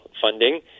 funding